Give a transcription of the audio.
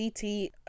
CT